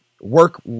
work